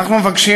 ואנחנו מבקשים,